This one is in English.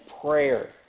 prayer